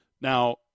Now